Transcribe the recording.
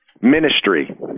Ministry